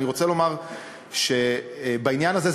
אני רוצה לומר בעניין הזה,